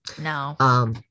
No